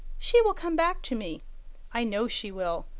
she will come back to me i know she will,